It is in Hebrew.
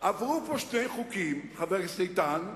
עברו פה שני חוקים, חבר הכנסת איתן,